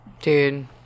Dude